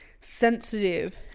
sensitive